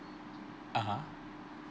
(uh huh)